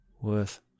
worth